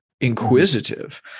inquisitive